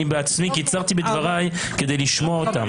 אני בעצמי קיצרתי בדברי כדי לשמוע אותם.